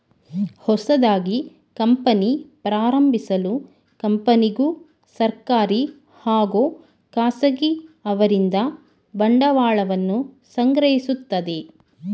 ಹೊಸದಾಗಿ ಕಂಪನಿ ಪ್ರಾರಂಭಿಸಲು ಕಂಪನಿಗೂ ಸರ್ಕಾರಿ ಹಾಗೂ ಖಾಸಗಿ ಅವರಿಂದ ಬಂಡವಾಳವನ್ನು ಸಂಗ್ರಹಿಸುತ್ತದೆ